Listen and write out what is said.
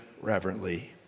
reverently